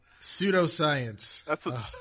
Pseudoscience